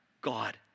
God